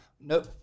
Nope